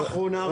נקודה אחרונה.